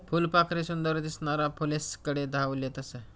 फुलपाखरे सुंदर दिसनारा फुलेस्कडे धाव लेतस